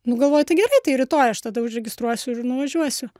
nu galvoju tai gerai tai rytoj aš tada užregistruosiu ir nuvažiuosiu